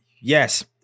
Yes